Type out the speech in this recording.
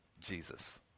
Jesus